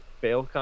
fail